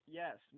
yes